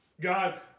God